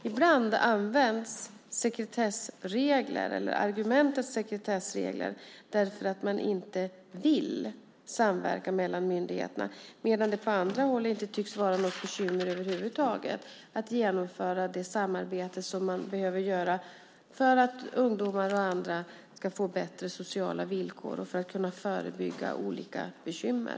Ibland används nämligen argumentet om sekretessregler därför att man inte vill samverka mellan myndigheterna medan det på andra håll inte tycks vara något bekymmer över huvud taget att genomföra det samarbete som man behöver ha för att ungdomar och andra ska få bättre sociala villkor och för att kunna förebygga olika bekymmer.